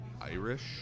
Irish